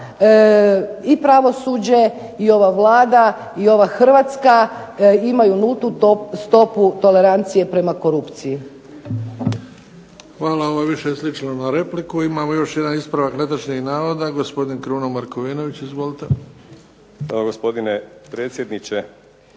i pravosuđe i ova Vlada i ova Hrvatska imaju nultu stopu tolerancije prema korupciji. **Bebić, Luka (HDZ)** Hvala. Ovo je više sličilo na repliku. Imamo još jedan ispravak netočnih navoda, gospodin Kruno Markovinović. Izvolite. **Markovinović,